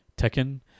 Tekken